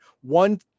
one